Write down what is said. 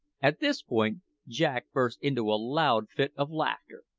at this point jack burst into a loud fit of laughter.